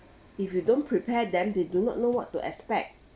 if you don't prepare them they do not know what to expect